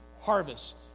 harvest